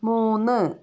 മൂന്ന്